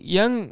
yang